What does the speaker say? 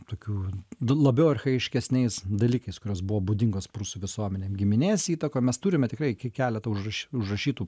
tokių du labiau archajiškesniais dalykais kurios buvo būdingos prūsų visuomenei giminės įtakom mes turime tikrai k keletą užrašy užrašytų